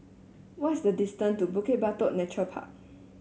what is the distance to Bukit Batok Nature Park